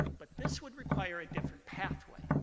but this would require a different pathway,